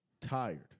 tired